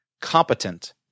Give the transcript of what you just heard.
competent